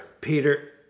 Peter